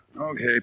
Okay